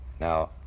Now